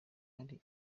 hari